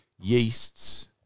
yeasts